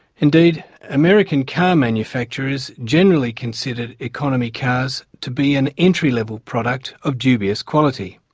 indeed american car manufacturers generally considered economy cars to be an entry level product of dubious quality.